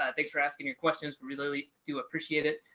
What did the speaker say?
ah thanks for asking your questions, we really do appreciate it.